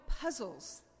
puzzles